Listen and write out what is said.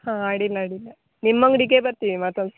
ಹಾಂ ಅಡ್ಡಿಲ್ಲ ಅಡ್ಡಿಲ್ಲ ನಿಮ್ಮ ಅಂಗಡಿಗೇ ಬರ್ತೀವಿ ಮತ್ತೊಮ್ಮೆ